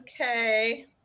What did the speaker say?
Okay